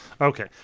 Okay